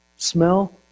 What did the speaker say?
Smell